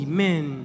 Amen